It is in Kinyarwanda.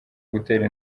gutera